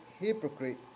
Hypocrite